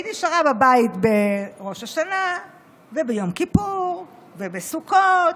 היא נשארה בבית בראש השנה וביום כיפור ובסוכות.